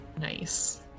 Nice